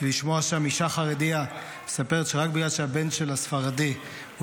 כי לשמוע שם אישה חרדית מספרת שרק בגלל שהבן שלה ספרדי הוא